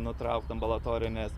nutraukt ambulatorines